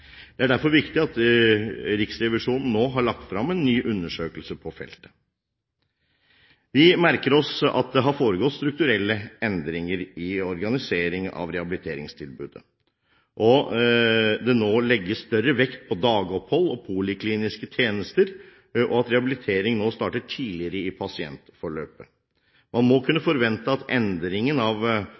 Det er derfor viktig at Riksrevisjonen nå har lagt frem en ny undersøkelse på feltet. Vi merker oss at det har foregått strukturelle endringer i organiseringen av rehabiliteringstilbudet, at det nå legges større vekt på dagopphold og polikliniske tjenester, og at rehabilitering starter tidligere i pasientforløpet. Man må kunne forvente at endringen av